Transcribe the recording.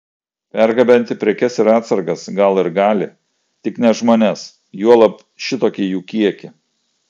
pergabenti prekes ir atsargas gal ir gali tik ne žmones juolab šitokį jų kiekį